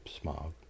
Smog